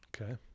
okay